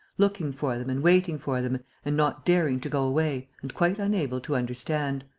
looking for them and waiting for them and not daring to go away and quite unable to understand.